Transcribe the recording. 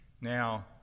Now